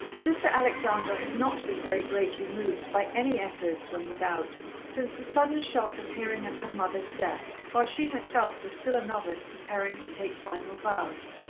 sister alexandra had not been very greatly moved by any echoes from without, since the sudden shock of hearing of her mother's death, while she herself was still a novice preparing to take final vows.